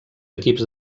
equips